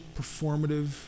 performative